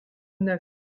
neuf